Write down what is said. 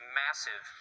massive